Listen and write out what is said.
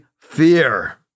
fear